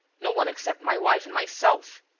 no one except my wife and myself.